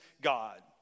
God